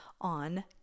on